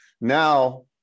Now